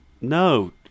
No